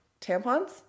Tampons